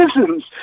citizens